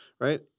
right